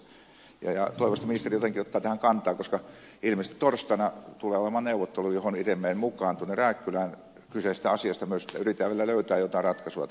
toivoisin että ministeri jotenkin ottaa tähän kantaa koska ilmeisesti torstaina tulee olemaan neuvottelu johon itse menen mukaan tuonne rääkkylään kyseisestä asiasta me yritämme vielä löytää jotain ratkaisua tähän kysymykseen